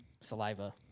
saliva